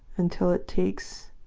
until it takes